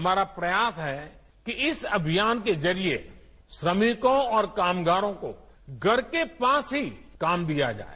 हमारा प्रयास है इस अभियान के जरिए श्रमिकों और कामगारों को घर के पास ही काम दिया जाए